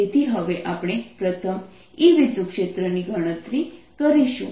તેથી હવે આપણે પ્રથમ E વિદ્યુતક્ષેત્રની ગણતરી કરીશું